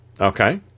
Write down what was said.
Okay